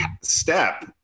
step